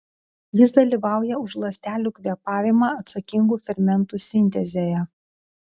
jis dalyvauja už ląstelių kvėpavimą atsakingų fermentų sintezėje